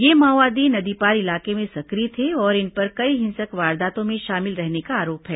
ये माओवादी नदी पार इलाके में सक्रिय थे और इन पर कई हिंसक वारदातों में शामिल रहने का आरोप है